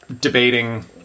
debating